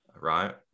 right